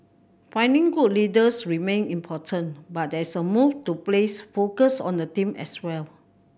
finding good leaders remain important but there is a move to place focus on the team as well